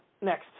next